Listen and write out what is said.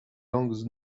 langues